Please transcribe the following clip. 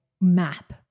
map